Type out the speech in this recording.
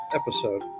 episode